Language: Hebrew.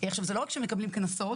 עכשיו זה לא רק שמקבלים קנסות.